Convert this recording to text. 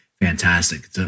fantastic